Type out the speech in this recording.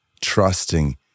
trusting